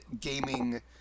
gaming